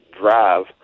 drive